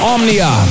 Omnia